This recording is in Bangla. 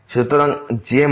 সুতরাং যে কি মানে